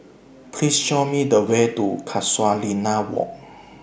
Please Show Me The Way to Casuarina Walk